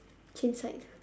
change side